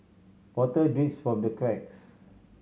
water drips from the cracks